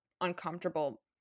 uncomfortable